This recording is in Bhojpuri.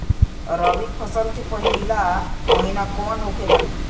रबी फसल के पहिला महिना कौन होखे ला?